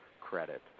credit